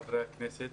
חברי הכנסת,